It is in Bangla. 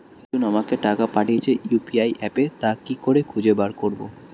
একজন আমাকে টাকা পাঠিয়েছে ইউ.পি.আই অ্যাপে তা কি করে খুঁজে বার করব?